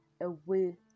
away